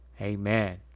amen